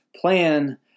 plan